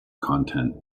content